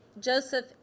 Joseph